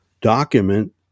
document